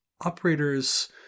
operators